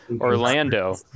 Orlando